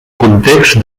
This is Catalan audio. context